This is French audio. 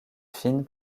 fines